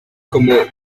como